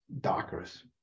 dockers